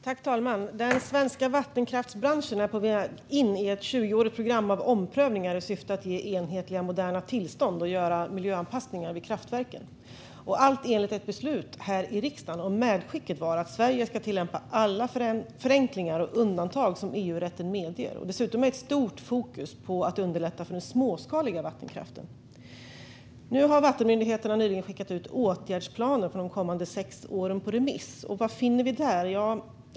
Herr talman! Den svenska vattenkraftsbranschen är på väg in i ett tjugoårigt program av omprövningar i syfte att ge enhetliga, moderna tillstånd och göra miljöanpassningar vid kraftverken, allt enligt ett beslut här i riksdagen. Medskicket var att Sverige ska tillämpa alla förenklingar och undantag som EU-rätten medger, dessutom med ett stort fokus på att underlätta för den småskaliga vattenkraften. Nu har vattenmyndigheterna nyligen skickat ut åtgärdsplaner för de kommande sex åren på remiss. Vad finner vi där?